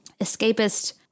escapist